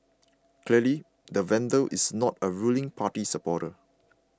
clearly the vandal is not a ruling party supporter